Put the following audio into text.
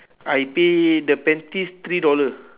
I pay the panties three dollar